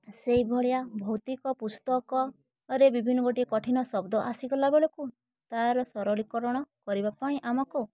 ସେଇଭଳିଆ ଭୌତିକ ପୁସ୍ତକରେ ବିଭିନ୍ନ ଗୋଟିଏ କଠିନ ଶବ୍ଦ ଆସିଗଲା ବେଳକୁ ତାର ସରଳୀକରଣ କରିବା ପାଇଁ ଆମକୁ